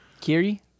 Kiri